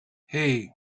hey